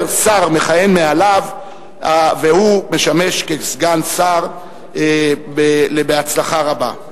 שר מכהן מעליו והוא משמש כסגן שר בהצלחה רבה.